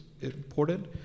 important